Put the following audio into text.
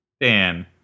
Dan